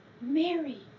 mary